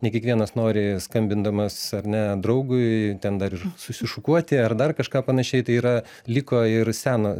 ne kiekvienas nori skambindamas ar ne draugui ten dar ir susišukuoti ar dar kažką panašiai tai yra liko ir seno